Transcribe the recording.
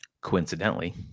Coincidentally